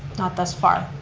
not thus far.